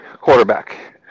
quarterback